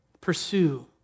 pursue